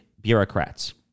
bureaucrats